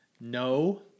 no